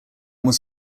was